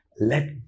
Let